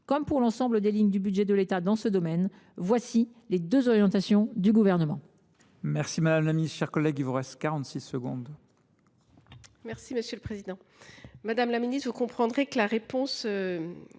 comme pour l’ensemble des lignes du budget de l’État dans ce domaine, telles sont les deux orientations du Gouvernement.